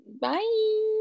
Bye